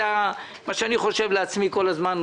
מה שאני חושב לעצמי כל הזמן,